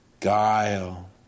guile